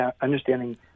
understanding